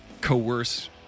coerce